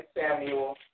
Samuel